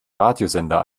radiosender